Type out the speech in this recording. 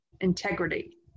integrity